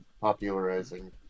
popularizing